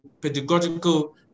pedagogical